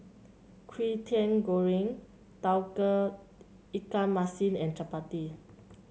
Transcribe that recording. Kwetiau Goreng Tauge Ikan Masin and chappati